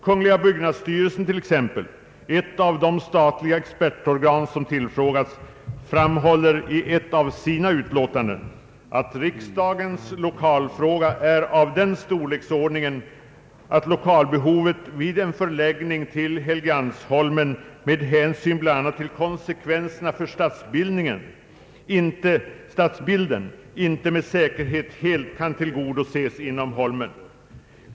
Kungl. byggnadsstyrelsen t.ex., ett av de statliga expertorgan som tillfrågats, framhåller i ett av sina utlåtanden att riksdagens lokalfråga är av den storleksordningen att lokalbehovet vid en förläggning till Helgeandsholmen, med hänsyn bl.a. till konsekvenserna för stadsbilden, inte med säkerhet kan tillgodoses.